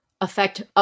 affect